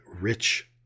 rich